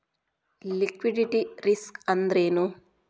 Liquidity risk ಅಂದ್ರೇನು?